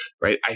right